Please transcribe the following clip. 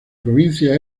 provincia